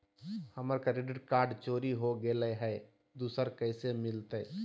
हमर credit card चोरी हो गेलय हई, दुसर कैसे मिलतई?